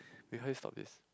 behind stop is